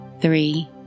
three